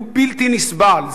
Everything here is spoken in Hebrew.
הוא בלתי נסבל.